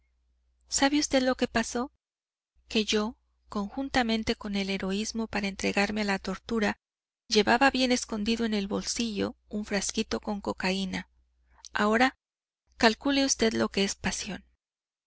sabe usted lo que pasó que yo conjuntamente con el heroísmo para entregarme a la tortura llevaba bien escondido en el bolsillo un frasquito con cocaína ahora calcule usted lo que es pasión